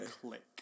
Click